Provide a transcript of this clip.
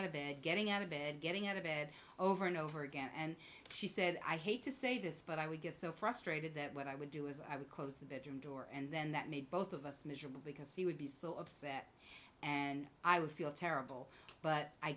out of bed getting out of bed getting out of bed over and over again and she said i hate to say this but i would get so frustrated that what i would do is i would close the bedroom door and then that made both of us miserable because he would be so upset and i would feel terrible but i